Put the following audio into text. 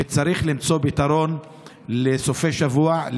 וצריך למצוא פתרון לסופי שבוע.